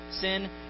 sin